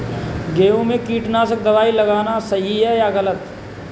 गेहूँ में कीटनाशक दबाई लगाना सही है या गलत?